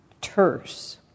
terse